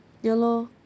ya lor